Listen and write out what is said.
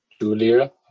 Julia